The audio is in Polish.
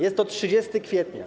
Jest to 30 kwietnia.